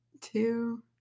two